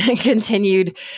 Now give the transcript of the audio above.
continued